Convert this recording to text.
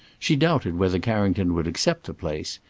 she doubted whether carrington would accept the place,